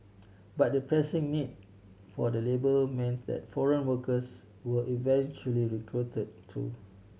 but the pressing need for the labour meant that foreign workers were eventually recruited too